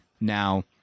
Now